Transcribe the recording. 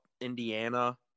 Indiana